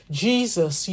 jesus